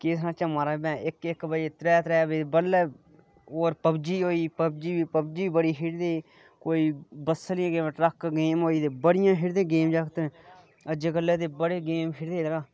केह् सुनाचै महाराज तुसैं गी इक इक बजे त्रै त्रै बजे बड़लै होर पबजी होई पबजी बी खेढदे कोई बस आह्ली कोई ट्रक आह्लूी गेम होई बड़ी खेढदे जागत अज्जै कल्लै दे बड़े गेम खेढदे